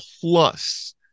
Plus